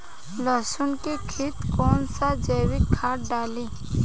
लहसुन के खेत कौन सा जैविक खाद डाली?